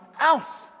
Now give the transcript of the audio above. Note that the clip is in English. else